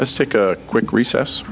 let's take a quick recess